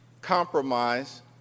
compromise